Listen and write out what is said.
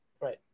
Right